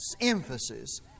emphasis